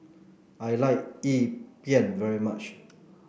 I like Yi very much